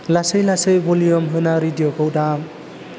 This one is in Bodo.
लासै लासै भलिउम होना रेडिअखौ दाम